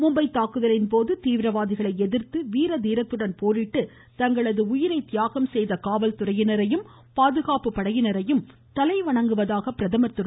மும்பை தாக்குதலின்போது தீவிரவாதிகளை எதிர்த்து வீரதீரத்துடன் போரிட்டு தங்களது உயிரை தியாகம் செய்த காவல்துறையினரையும் பாதுகாப்பு படையினரையும் தலைவணங்குவதாக பிரதமர் திரு